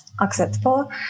acceptable